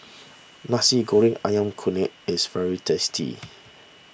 Nasi Goreng Ayam Kunyit is very tasty